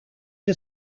het